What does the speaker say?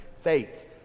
faith